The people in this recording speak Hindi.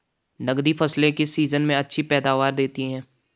नकदी फसलें किस सीजन में अच्छी पैदावार देतीं हैं?